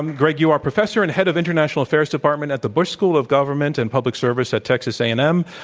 and greg, you are professor and head of international affairs department at the bush school of government and public service at texas a and m.